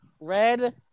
red